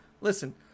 Listen